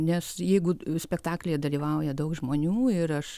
nes jeigu spektaklyje dalyvauja daug žmonių ir aš